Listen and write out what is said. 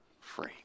free